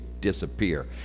disappear